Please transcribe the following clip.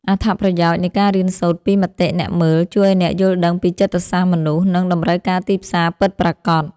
អត្ថប្រយោជន៍នៃការរៀនសូត្រពីមតិអ្នកមើល ជួយឱ្យអ្នកយល់ដឹងពីចិត្តសាស្ត្រមនុស្ស និងតម្រូវការទីផ្សារពិតប្រាកដ។